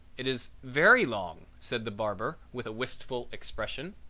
it is very long, said the barber with a wistful expression.